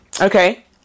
Okay